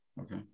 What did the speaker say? Okay